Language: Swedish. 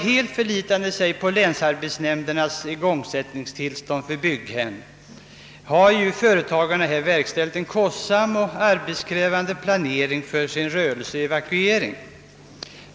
Helt förlitande sig på länsarbetsnämndens igångsättningstillstånd för byggherren har företagarna verkställt en kostsam och arbetskrävande planering för rörelsens evakuering.